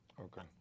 Okay